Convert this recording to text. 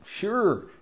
Sure